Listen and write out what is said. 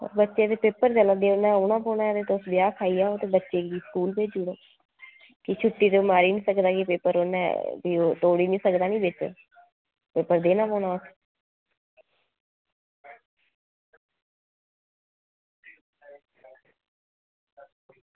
बच्चे दे पेपर चला दे ते में औना पौना ब्याह् खाई लैओ ते बच्चे गी स्कूल भेजी ओड़ो की छुट्टी ते ओह् मारी निं सकदा की पेपर उन्ने भी ओह् तोड़ी निं सकदा निं बिच पेपर देना पौना उस